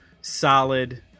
solid